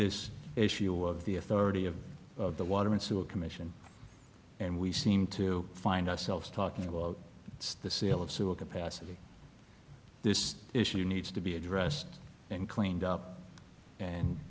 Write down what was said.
this issue of the authority of the water and sewer commission and we seem to find ourselves talking about the sale of sewer capacity this issue needs to be addressed and cleaned up and